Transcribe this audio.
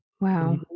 Wow